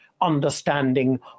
understanding